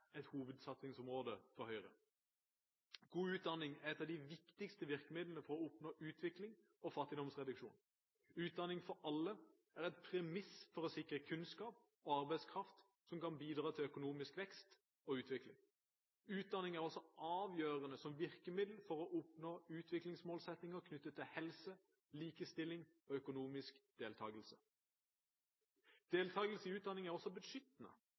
et hovedsatsingsområde for Høyre. God utdanning er et av de viktigste virkemidlene for å oppnå utvikling og fattigdomsreduksjon. Utdanning for alle er et premiss for å sikre kunnskap og arbeidskraft som kan bidra til økonomisk vekst og utvikling. Utdanning er også avgjørende som virkemiddel for å oppnå utviklingsmålsettinger knyttet til helse, likestilling og økonomisk deltakelse. Deltakelse i utdanning er også beskyttende: